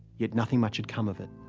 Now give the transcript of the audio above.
yet nothing much had come of it.